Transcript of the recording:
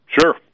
sure